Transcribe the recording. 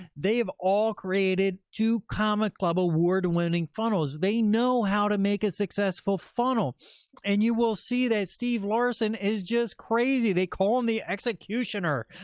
they've all created two comma club, award-winning funnels. they know how to make a successful funnel and you will see that steve larsen is just crazy. they call him the executioner.